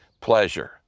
pleasure